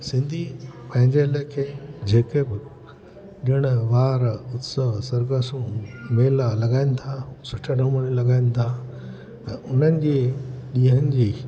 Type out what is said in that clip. सिंधी पंहिंजे लेखे जेके बि ॾिणु वार उत्सव सरघसूं मेला लॻाइनि था सुठे नमूने लॻाइनि था त उन्हनि जी ॾींहंनि जी